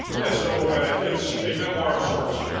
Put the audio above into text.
yeah so it's a memoir of sorts,